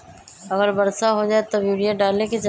अगर वर्षा हो जाए तब यूरिया डाले के चाहि?